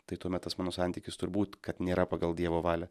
tai tuomet tas mano santykis turbūt kad nėra pagal dievo valią